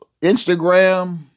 Instagram